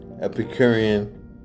Epicurean